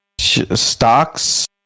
stocks